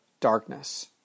darkness